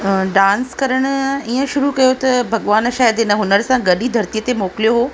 dance करण इअं शुरू कयो त भॻवान शायदि हिन हुनर सां गॾु ई धरतीअ ते मोकिलियो हुओ